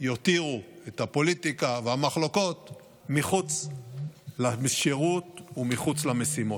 יותירו את הפוליטיקה והמחלוקות מחוץ לשירות ומחוץ למשימות.